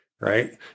Right